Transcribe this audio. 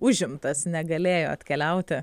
užimtas negalėjo atkeliauti